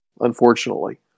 unfortunately